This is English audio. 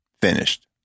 finished